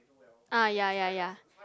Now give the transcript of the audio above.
ah ya ya ya